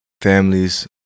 families